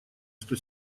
что